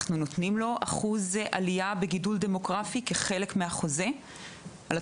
אנחנו נותנים לו אחוז עליה בגידול דמוגרפי כחלק מהחוזה ומנגד